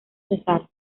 cesar